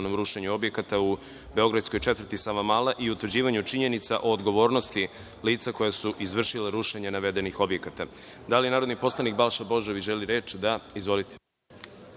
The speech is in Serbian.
rušenju objekata u beogradskoj četvrti Savamala i utvrđivanju činjenica o odgovornosti lica koja su izvršila rušenje navedenih objekata. Da li narodni poslanik Balša Božović želi reč? (Da)Izvolite.